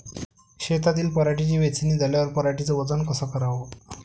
शेतातील पराटीची वेचनी झाल्यावर पराटीचं वजन कस कराव?